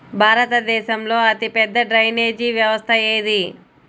భారతదేశంలో అతిపెద్ద డ్రైనేజీ వ్యవస్థ ఏది?